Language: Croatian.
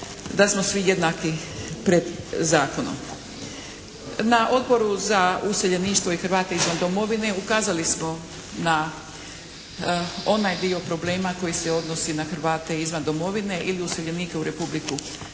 da smo svi jednaki pred zakonom. Na Odboru za useljeništvo i Hrvate izvan domovine ukazali smo onaj dio problema koji se odnosi na Hrvatske izvan domovine ili useljenike u Republiku Hrvatsku,